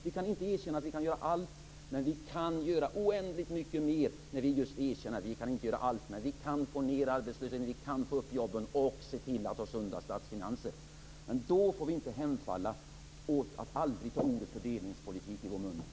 Vi kan inte göra allt, men vi kan göra oändligt mycket mer om vi erkänner att vi inte kan göra allt. Vi kan få ned arbetslösheten, vi kan få upp antalet jobb och se till att ha sunda statsfinanser. Men då får vi inte hemfalla åt att aldrig ta ordet fördelningspolitik i vår mun.